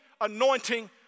anointing